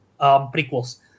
prequels